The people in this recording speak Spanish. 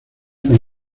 con